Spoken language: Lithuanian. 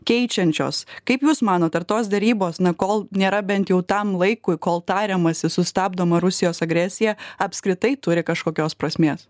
keičiančios kaip jūs manot ar tos derybos na kol nėra bent jau tam laikui kol tariamasi sustabdoma rusijos agresija apskritai turi kažkokios prasmės